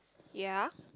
ya